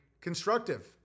constructive